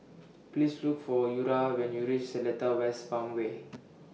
Please Look For Eura when YOU REACH Seletar West Farmway